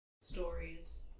stories